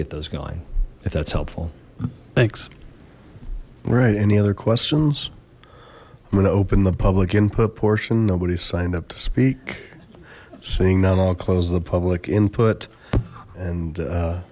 get those going if that's helpful thanks all right any other questions i'm going to open the public input portion nobody's signed up to speak seeing that i'll close the public input and